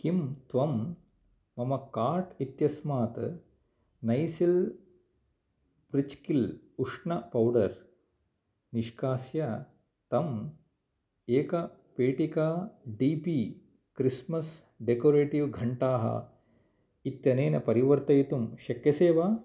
किं त्वं मम कार्ट् इत्यस्मात् नैसिल् प्रिच्क्लि उष्ण पौडर् निष्कास्य तं एका पेटिका डी पी क्रिस्मस् डेकोरेटिव् घण्टाः इत्यनेन परिवर्तयितुं शक्यसे वा